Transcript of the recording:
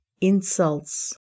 insults